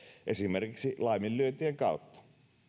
esimerkiksi laiminlyöntien kautta